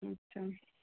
अच्छा